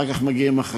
אחר כך מגיעים החגים.